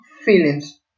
feelings